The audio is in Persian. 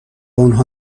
آنها